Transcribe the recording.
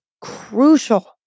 crucial